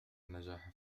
النجاح